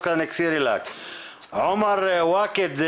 עומר ואכד,